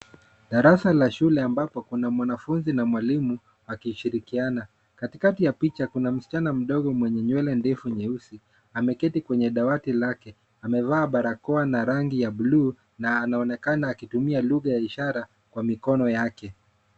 Darasa la shule ambapo kuna mwanafunzi na mwalimu akishirikiana. Katikati ya picha kuna msichana mdogo mwenye nywele ndefu nyeusi. Ameketi kwenye dawati lake, amevaa barakoa la rangi ya bluu na anaonekana akitumia lugha ya ishara kwa mikono yake.